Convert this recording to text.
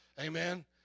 Amen